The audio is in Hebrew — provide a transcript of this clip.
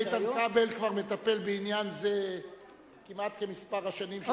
איתן כבל מטפל בעניין זה כמעט כמספר השנים שאנחנו נמצאים,